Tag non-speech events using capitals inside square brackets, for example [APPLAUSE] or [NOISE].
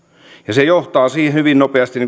se johtaa hyvin nopeasti [UNINTELLIGIBLE]